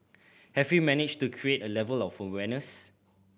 have we managed to create a level of awareness